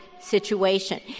situation